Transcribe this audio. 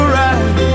right